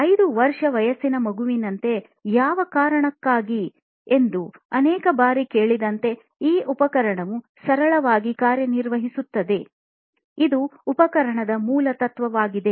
5 ವರ್ಷ ವಯಸ್ಸಿನ ಮಗುನಂತೆ 'ಯಾವಕಾರಣಕ್ಕಾಗಿ' ಎಂದು ಅನೇಕ ಬಾರಿ ಕೇಳಿದಂತೆ ಈ ಉಪಕರಣವು ಸರಳವಾಗಿ ಕಾರ್ಯನಿರ್ವಹಿಸುತ್ತದೆ ಇದು ಉಪಕರಣದ ಮೂಲತತ್ವವಾಗಿದೆ